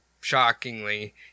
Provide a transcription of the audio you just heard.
shockingly